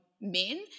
men